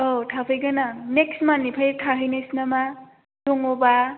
औ थाफैगोन आं नेक्स्त मान्टनिफ्राय थाहैनायसै नामा दङबा